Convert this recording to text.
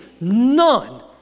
none